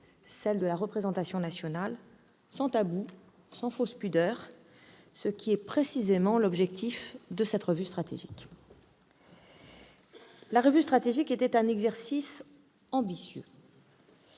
celles de la représentation nationale -sans tabou ni fausse pudeur, ce qui est précisément l'objectif de la revue stratégique. Ce travail était un exercice ambitieux.